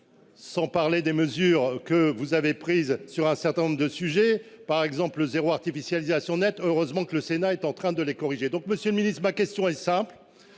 Sans parler des mesures que vous avez prise sur un certain nombre de sujets, par exemple le zéro artificialisation nette. Heureusement que le Sénat est en train de les corriger. Donc Monsieur le Ministre. Ma question est simple.